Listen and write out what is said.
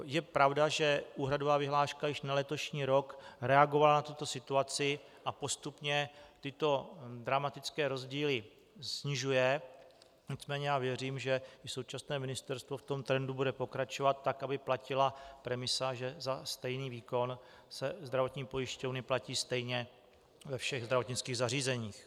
Je pravda, že úhradová vyhláška již na letošní rok na tuto situaci reagovala a postupně tyto dramatické rozdíly snižuje, nicméně věřím, že i současné ministerstvo v tom trendu bude pokračovat tak, aby platila premisa, že za stejný výkon zdravotní pojišťovnz platí stejně ve všech zdravotnických zařízeních.